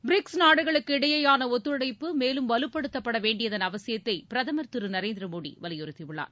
BRICS நாடுகளுக்கு இடையேயான ஒத்துழைப்பு மேலும் வலுப்படுத்தப்பட வேண்டியதன் அவசியத்தை பிரதமர் திரு நரேந்திர மோடி வலியுறுத்தி உள்ளார்